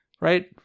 right